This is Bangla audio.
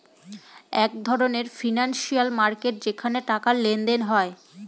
এক ধরনের ফিনান্সিয়াল মার্কেট যেখানে টাকার লেনদেন হয়